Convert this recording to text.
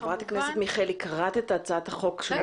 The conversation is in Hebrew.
חברת הכנסת מיכאלי, קראת את הצעת החוק?